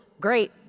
Great